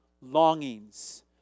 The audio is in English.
longings